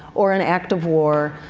or an act of war.